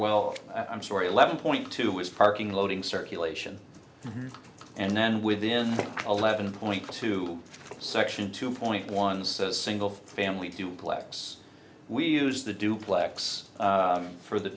well i'm sorry eleven point two is parking loading circulation and then within eleven point two section two point one so single family duplex we use the duplex for the